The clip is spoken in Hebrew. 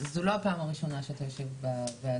זו לא הפעם הראשונה שאתה יושב בוועדה,